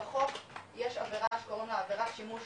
בחוק יש עבירה שקוראים לה עבירת שימוש